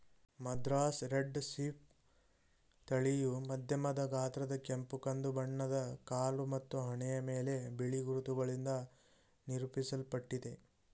Madras red sheep ತಳಿಯು ಮಧ್ಯಮ ಗಾತ್ರದ ಕೆಂಪು ಕಂದು ಬಣ್ಣದ ಕಾಲು ಮತ್ತು ಹಣೆಯ ಮೇಲೆ ಬಿಳಿ ಗುರುತುಗಳಿಂದ ನಿರೂಪಿಸಲ್ಪಟ್ಟಿದೆ